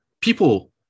people